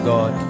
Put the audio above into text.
God